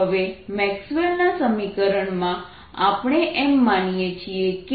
હવે મેક્સવેલના સમીકરણ Maxwell's equation માં આપણે એમ માની લઈએ છે કે